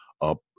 up